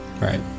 Right